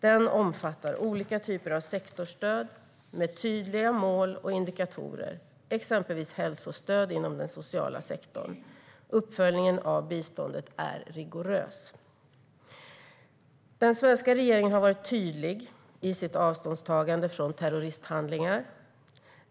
Den omfattar olika typer av sektorstöd med tydliga mål och indikatorer, exempelvis hälsostöd inom den sociala sektorn. Uppföljningen av biståndet är rigorös. Den svenska regeringen har varit tydlig i sitt avståndstagande från terroristhandlingar.